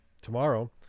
tomorrow